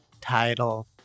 title